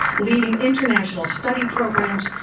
leading international study programs,